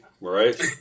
Right